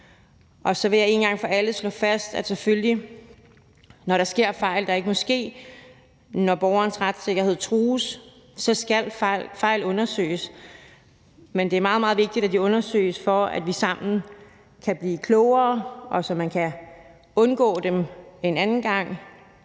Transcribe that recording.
det selvfølgelig skal undersøges, når der sker fejl, der ikke må ske, når borgerens retssikkerhed trues. Men det er meget, meget vigtigt, at det undersøges, for at vi sammen kan blive klogere, og så man kan undgå dem en anden gang.